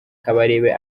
kabarebe